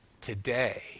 Today